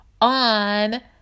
on